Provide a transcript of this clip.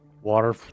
water